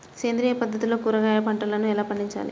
సేంద్రియ పద్ధతుల్లో కూరగాయ పంటలను ఎలా పండించాలి?